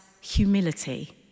humility